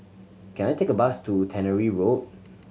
can I take a bus to Tannery Road